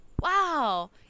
Wow